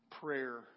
Prayer